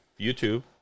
YouTube